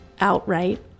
outright